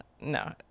no